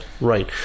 Right